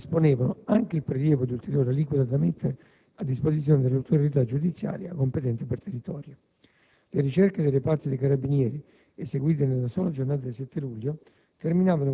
i NAS disponevano anche il prelievo di ulteriore aliquota da mettere a disposizione dell'Autorità Giudiziaria competente per territorio. Le ricerche dei Reparti dei Carabinieri eseguite nella sola giornata del 7 luglio